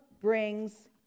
brings